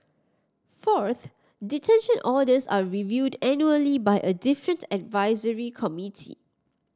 fourth detention orders are reviewed annually by a different advisory committee